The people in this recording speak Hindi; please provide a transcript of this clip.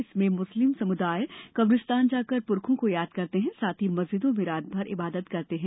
इसमें मुस्लिम समुदाय कब्रिस्तान जाकर पुरखों को याद करते हैं साथ ही मस्जिदों में रात भर इबादत करते हैं